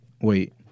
Wait